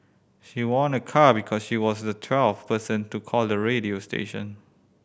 she won a car because she was the twelfth person to call the radio station